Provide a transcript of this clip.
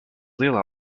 leela